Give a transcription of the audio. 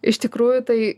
iš tikrųjų tai